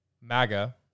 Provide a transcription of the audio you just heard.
MAGA